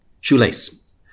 shoelace